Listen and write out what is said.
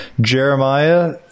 Jeremiah